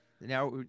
Now